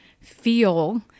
feel